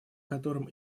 котором